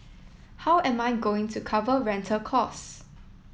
how am I going to cover rental costs